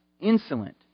insolent